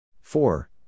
four